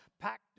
packed